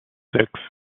sechs